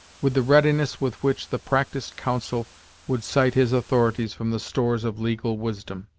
with the readiness with which the practised counsel would cite his authorities from the stores of legal wisdom.